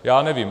Já nevím.